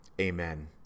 Amen